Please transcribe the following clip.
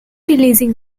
releasing